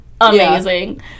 Amazing